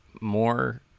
more